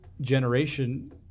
generation